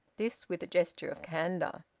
this with a gesture of candour.